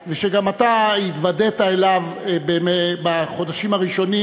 בוודאי ובוודאי במדינת ישראל,